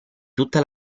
tutta